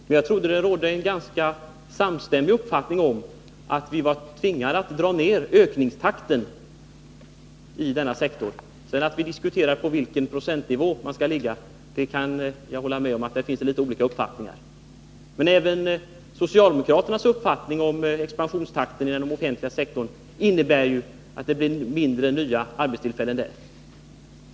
Men jag trodde att det rådde en ganska samstämmig uppfattning om att vi är tvingade att dra ner ökningstakten i denna sektor. När vi sedan diskuterar procentnivån kan jag hålla med om att det finns litet olika uppfattningar, men även socialdemokraternas syn på expansionstakten i den offentliga sektorn innebär ju att det blir färre nya arbetstillfällen där.